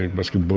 ah moscow,